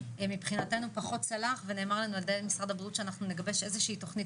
מבחינתנו פחות צלח ונאמר לנו ע"י משרד הבריאות שאנחנו נגבש איזושהי תכנית